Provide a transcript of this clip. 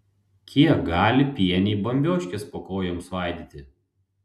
kiek gali pieniai bambioškes po kojom svaidyti